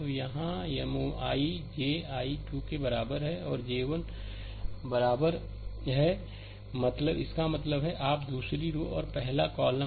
तो यहाँ M I j i 2 के बराबर है और j 1 बराबर है इसका मतलब है आप दूसरी रो और पहला कॉलम